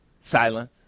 Silence